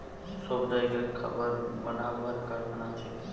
সব জাগায় খাবার বানাবার কারখানা আছে